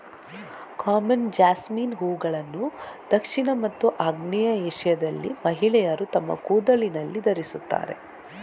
common jasmine ಹೂವುಗಳನ್ನು ದಕ್ಷಿಣ ಮತ್ತು ಆಗ್ನೇಯ ಏಷ್ಯಾದಲ್ಲಿ ಮಹಿಳೆಯರು ತಮ್ಮ ಕೂದಲಿನಲ್ಲಿ ಧರಿಸುತ್ತಾರೆ